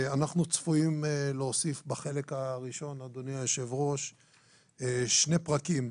אנחנו צפויים להוסיף בחלק הראשון שני פרקים.